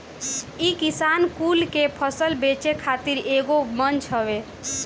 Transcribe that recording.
इ किसान कुल के फसल बेचे खातिर एगो मंच हवे